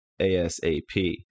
asap